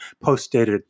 post-dated